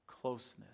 closeness